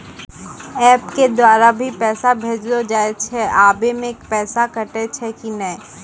App के द्वारा भी पैसा भेजलो जाय छै आबै मे पैसा कटैय छै कि नैय?